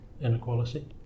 inequality